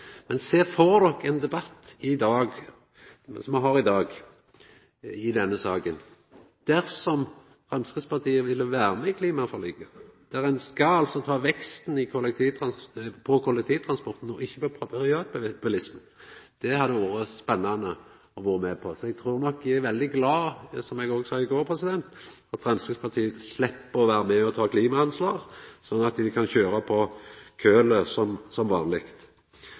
Men sjå for dykk ein debatt i dag, som den me har i dag i denne saka, dersom Framstegspartiet ville vera med i klimaforliket, der ein skal ta veksten på kollektivtransporten og ikkje på privatbilismen. Det hadde vore spennande å vera med på. Som eg sa i går, er eg veldig glad for at Framstegspartiet slepp å vera med og ta klimaansvar, slik at dei kan kjøra på kol, som vanleg.